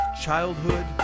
childhood